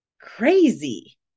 crazy